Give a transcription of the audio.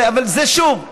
אבל שוב,